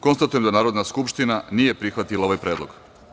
Konstatujem da Narodna skupština nije prihvatila ovaj predlog.